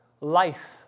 life